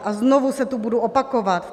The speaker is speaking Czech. A znovu se tu budu opakovat.